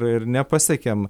ir nepasiekiam